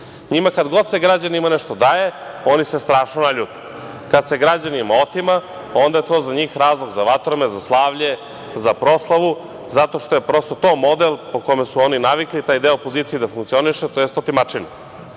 Njima kad god se građanima nešto daje, oni se strašno naljute, kada se građanima otima, onda je to za njih razlog za vatromet, za slavlje, za proslavu, zato što je prosto to model po kome su oni navikli, taj deo opozicije da funkcioniše, tj. otimačinu.